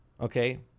Okay